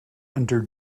under